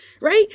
right